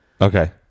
Okay